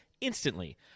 instantly